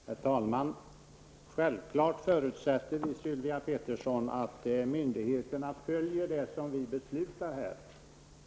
Herr talman! Självklart förutsätter vi, Sylvia Pettersson, att myndigheterna följer det vi beslutar här.